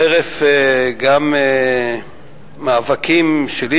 חרף מאבקים שלי,